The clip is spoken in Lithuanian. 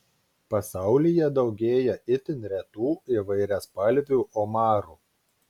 pasaulyje daugėja itin retų įvairiaspalvių omarų